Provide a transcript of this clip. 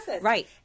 Right